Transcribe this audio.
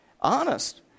honest